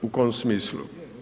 U kom smislu?